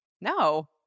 No